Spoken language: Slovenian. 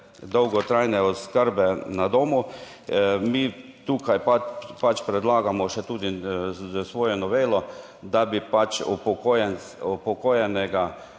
dolgotrajne oskrbe na domu. Mi tukaj pa pač predlagamo, še tudi s svojo novelo, da bi pač **8.